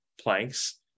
planks